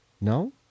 No